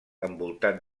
envoltat